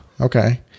Okay